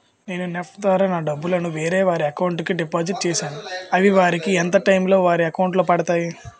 నేను నెఫ్ట్ ద్వారా నా డబ్బు ను వేరే వారి అకౌంట్ కు డిపాజిట్ చేశాను అవి వారికి ఎంత టైం లొ వారి అకౌంట్ లొ పడతాయి?